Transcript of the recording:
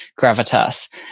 gravitas